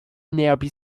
nearby